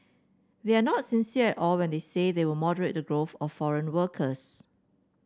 they are not sincere all when they say they will moderate the growth of foreign workers